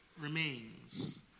remains